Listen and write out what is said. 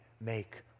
make